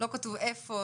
לא כתוב איפה,